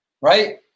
right